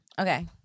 Okay